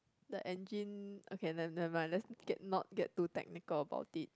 the engine okay n~ nevermind let's get not get too technical about it